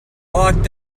locked